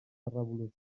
revolució